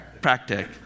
Practic